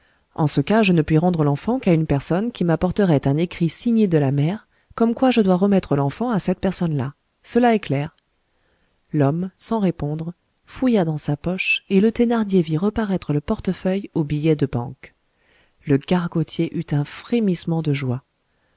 en ce cas je ne puis rendre l'enfant qu'à une personne qui m'apporterait un écrit signé de la mère comme quoi je dois remettre l'enfant à cette personne là cela est clair l'homme sans répondre fouilla dans sa poche et le thénardier vit reparaître le portefeuille aux billets de banque le gargotier eut un frémissement de joie